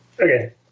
Okay